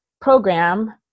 program